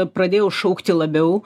pradėjau šaukti labiau